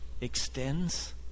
extends